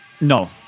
no